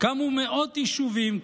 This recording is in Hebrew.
קמו מאות יישובים,